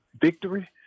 victory